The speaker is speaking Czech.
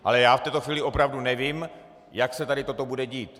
Ale já v této chvíli opravdu nevím, jak se toto bude dít.